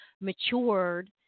matured